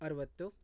ಅರುವತ್ತು